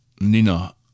Nina